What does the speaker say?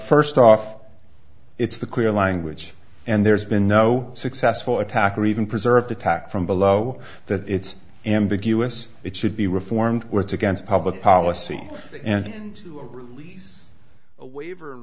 first off it's the clear language and there's been no successful attack or even preserved attack from below that it's ambiguous it should be reformed words against public policy and a waiver and